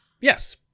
Yes